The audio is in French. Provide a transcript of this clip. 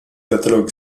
catalogue